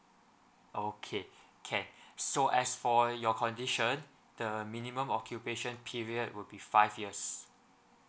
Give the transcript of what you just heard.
oh okay can so as for your condition the minimum occupation period would be five years